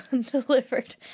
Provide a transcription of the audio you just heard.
delivered